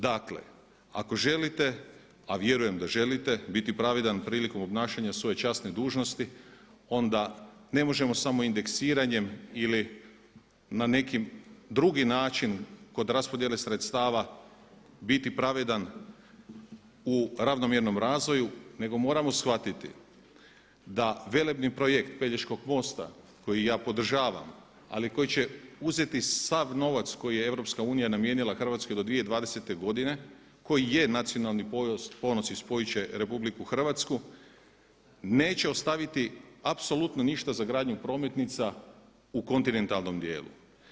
Dakle ako želite, a vjerujem da želite, biti pravedan prilikom obnašanja svoje časne dužnosti onda ne možemo samo indeksiranjem ili na neki drugi način kod raspodjele sredstava biti pravedan u ravnomjernom razvoju nego moramo shvatiti da velebni projekt Pelješkog mosta koji ja podržavam ali koji će uzeti sav novac koji je EU namijenila Hrvatskoj do 2020. godine koji je nacionalni ponos i spojit će RH neće ostaviti apsolutno ništa za gradnju prometnica u kontinentalnom dijelu.